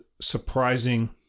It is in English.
surprising